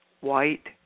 white